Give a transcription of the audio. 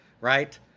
Right